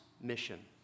mission